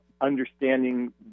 understanding